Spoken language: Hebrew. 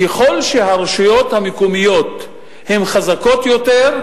ככל שהרשויות המקומיות הן חזקות יותר,